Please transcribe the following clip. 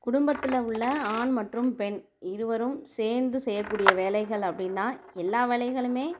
குடும்பத்தில் உள்ள ஆண் மற்றும் பெண் இருவரும் சேர்ந்து செய்ய கூடிய வேலைகள் அப்படினா எல்லா வேலைகளுமே